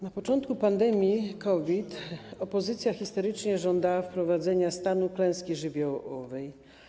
Na początku pandemii COVID opozycja histerycznie żądała wprowadzenia stanu klęski żywiołowej.